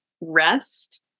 rest